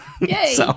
Yay